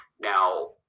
Now